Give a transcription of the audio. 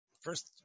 First